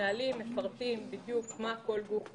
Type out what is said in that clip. הנהלים מפרטים בדיוק מה כל גוף עושה.